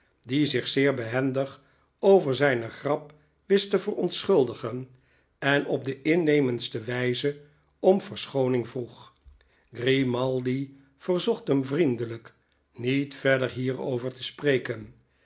die zich zeer behendig over zijne grap wist te verontschuldigen en op de innemendste wijze om verschooning vroeg grimaldi verzocht hem vriendelijk nietverder hierover te spreken